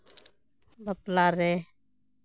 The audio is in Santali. ᱵᱟᱯᱞᱟ ᱨᱮ